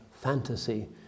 fantasy